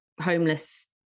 homeless